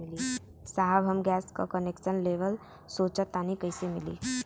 साहब हम गैस का कनेक्सन लेवल सोंचतानी कइसे मिली?